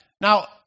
now